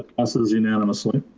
passes unanimouly.